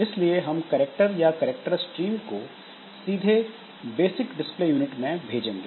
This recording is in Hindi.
इसलिए हम करैक्टर या करैक्टर स्ट्रीम को सीधे बेसिक डिस्प्ले यूनिट में भेजेंगे